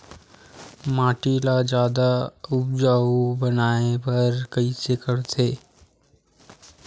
माटी ला जादा उपजाऊ बनाय बर कइसे करथे?